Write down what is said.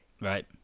Right